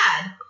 bad